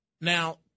Now